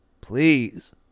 please